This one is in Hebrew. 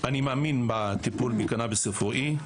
אני מאמין בטיפול בקנביס רפואי.